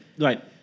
right